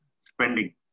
spending